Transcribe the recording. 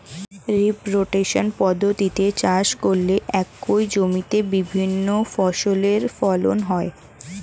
crop rotation পদ্ধতিতে চাষ করলে একই জমিতে বিভিন্ন ফসলের ফলন হয়